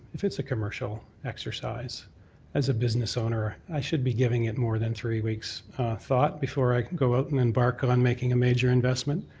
if it's a commercial exercise as a business owner, i should be giving it more than three weeks thought before i can go out and embark on making a major investment.